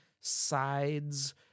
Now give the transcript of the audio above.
sides